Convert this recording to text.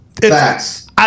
facts